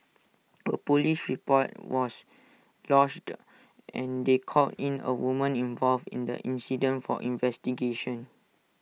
A Police report was lodged and they called in A woman involved in the incident for investigations